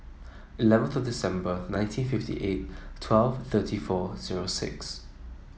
eleven thirty December nineteen fifty eight twelve thirty four zero six